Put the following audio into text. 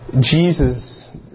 Jesus